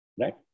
Right